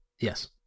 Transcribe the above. Yes